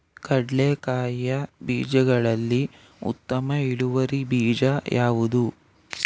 ಕಡ್ಲೆಕಾಯಿಯ ಬೀಜಗಳಲ್ಲಿ ಉತ್ತಮ ಇಳುವರಿ ಬೀಜ ಯಾವುದು?